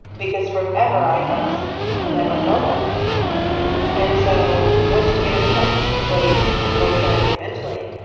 because, forever, i was never felt that way yeah and so once you get into that place emotionally and mentally,